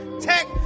tech